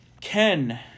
Ken